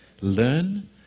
Learn